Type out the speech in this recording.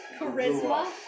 Charisma